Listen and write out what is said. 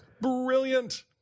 Brilliant